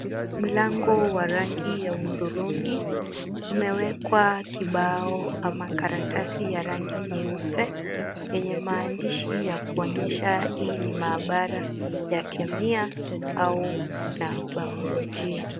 Mlango wa rangi ya udhurungi umewekwa kibau au karatasi ya rangi nyeupe yenye maandishi ya kuonyesha hii ni maabara ya kemia au bayolojia